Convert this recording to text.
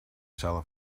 sala